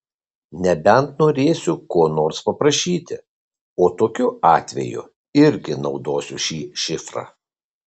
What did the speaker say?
nebent norėsiu ko nors paprašyti o tokiu atveju irgi naudosiu šį šifrą